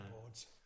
boards